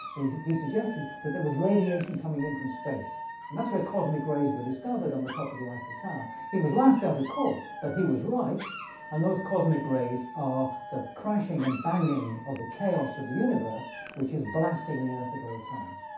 he suggested that there was radiation coming in from space. and that's where cosmic rays were discovered on the top of the eiffel tower. he was laughed out of court. but he was right on those cosmic rays are the crashing and banging of the chaos of the universe, which is blasting the earth at all times.